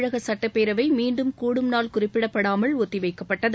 தமிழக சட்டப்பேரவை மீண்டும் கூடும் நாள் குறிப்பிடப்படாமல் ஒத்தி வைக்கப்பட்டது